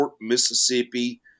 Mississippi